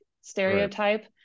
stereotype